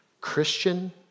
Christian